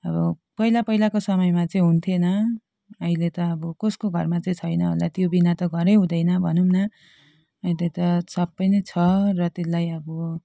अब पहिला पहिलाको समयमा चाहिँ हुन्थेन अहिले त अब कसको घरमा चाहिँ छैन होला त्यो बिना त घरै हुँदैन भनौँ न यता त सबै नै छ र त्यसलाई अब